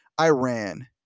Iran